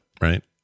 right